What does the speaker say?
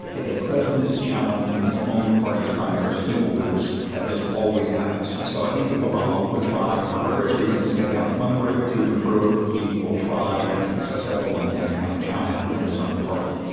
if a president is challenged in his own party's primaries, he will lose. that just always happens. so i think that obama will try, for various reasons, to get the unemployment rate to improve. he will try and i think be successful, in damping down a challenge within his own party.